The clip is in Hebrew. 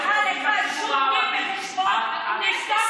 אני אגיד לך, זה לא משנה בעברית.